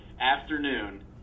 afternoon